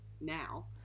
now